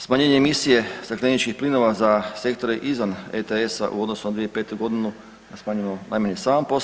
Smanjenje emisije stakleničkih plinova za sektore izvan ETS-a u odnosu na 2005. godinu da smanjimo najmanje 7%